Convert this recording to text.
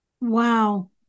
Wow